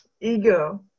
ego